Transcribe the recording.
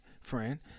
friend